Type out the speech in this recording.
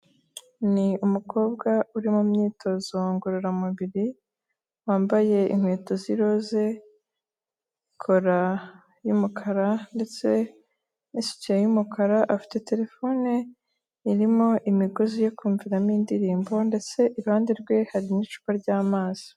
Ni umukobwa uri mu myitozo ngororamubiri, wambaye inkweto z"iroze, kora y'umukara ndetse, n'isutiye y'umukara, afite telefone irimo imigozi yo kumviramo indirimbo ndetse iruhande rwe hari n'icupa ry'amazi.